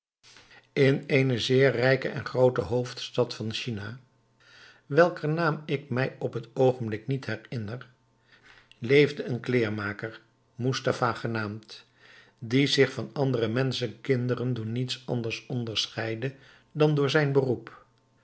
in een zeer rijke en groote hoofdstad van china welker naam ik mij op t oogenblik niet herinner leefde een kleermaker moestafa genaamd die zich van andere menschenkinderen door niets anders onderscheidde dan door zijn beroep